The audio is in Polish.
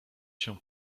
się